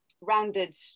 rounded